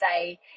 say